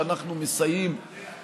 שאנחנו מסייעים